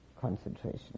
concentration